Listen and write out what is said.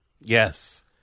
Yes